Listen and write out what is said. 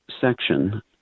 section